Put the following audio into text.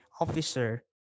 officer